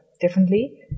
differently